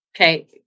okay